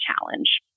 challenge